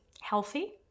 healthy